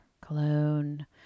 cologne